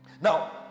Now